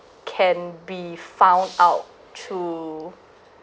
can be found out through